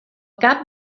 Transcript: cap